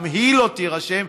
גם היא לא תירשם,